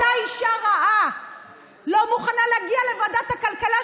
אותה אישה רעה לא מוכנה להגיע לוועדת הכלכלה,